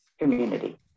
community